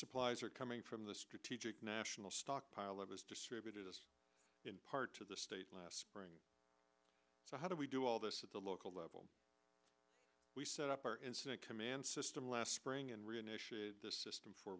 supplies are coming from the strategic national stockpile it was distributed in part to the states last spring so how do we do all this at the local level we set up our incident command system last spring and reinitiate the system for